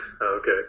Okay